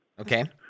okay